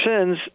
sins